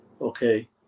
okay